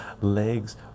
legs